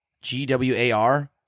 G-W-A-R